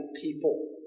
people